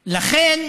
לכן,